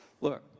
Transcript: look